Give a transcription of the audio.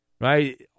right